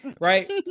right